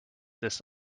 this